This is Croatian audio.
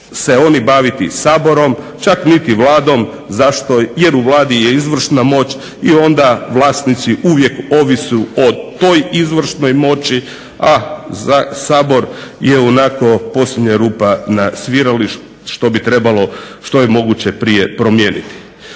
se oni baviti Saborom, čak niti Vladom. Zašto? Jer u Vladi je izvršna moć i onda vlasnici uvijek ovise o toj izvršnoj moći, a za Sabor je i onako posljednja rupa na svirali, što bi trebao što je moguće prije promijeniti.